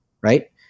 right